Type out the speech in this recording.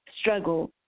struggle